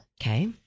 Okay